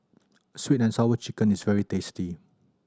Sweet And Sour Chicken is very tasty